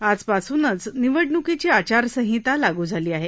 आजपासूनच निवडणूकीची आचारसंहिता लागू झाली आहे